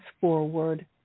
forward